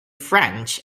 french